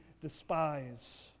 despise